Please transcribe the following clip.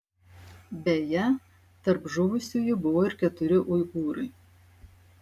beje tarp žuvusiųjų buvo ir keturi uigūrai